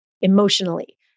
emotionally